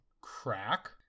crack